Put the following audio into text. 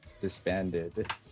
disbanded